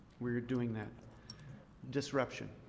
we are doing that disruption.